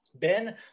ben